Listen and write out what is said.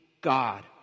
God